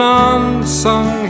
unsung